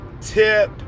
tip